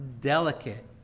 delicate